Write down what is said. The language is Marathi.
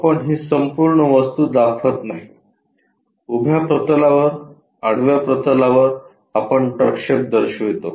आपण ही संपूर्ण वस्तू दाखवत नाही उभ्या प्रतलावर आडव्या प्रतलावर आपण प्रक्षेप दर्शवितो